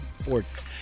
Sports